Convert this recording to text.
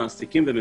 מעסיקים וממשלה.